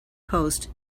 post